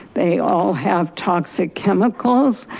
they all have toxic chemicals.